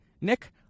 Nick